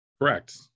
Correct